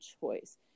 choice